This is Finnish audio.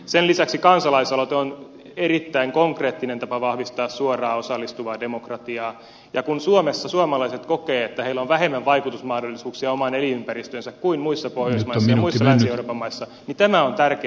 sen lisäksi kansalaisaloite on erittäin konkreettinen tapa vahvistaa suoraa osallistuvaa demokratiaa ja kun suomessa suomalaiset kokevat että heillä on vähemmän vaikutusmahdollisuuksia omaan elinympäristöönsä kuin muissa pohjoismaissa ja muissa länsi euroopan maissa niin tämä on tärkeää